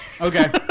Okay